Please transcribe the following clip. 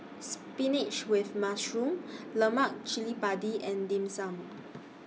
Spinach with Mushroom Lemak Cili Padi and Dim Sum